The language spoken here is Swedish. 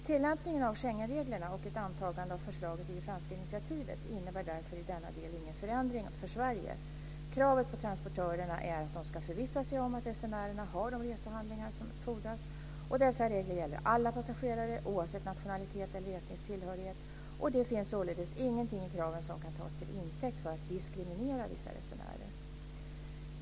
Tillämpningen av Schengenreglerna och ett antagande av förslaget i det franska initiativet innebär därför i denna del ingen förändring för Sverige. Kravet på transportörerna är att de ska förvissa sig om att resenärerna har de resehandlingar som fordras. Dessa regler gäller alla passagerare, oavsett nationalitet eller etnisk tillhörighet. Det finns således ingenting i kraven som kan tas till intäkt för att diskriminera vissa resenärer.